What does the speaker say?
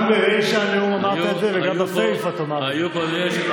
גם ברישה של הנאום אמרת את זה וגם בסיפה תאמר את זה.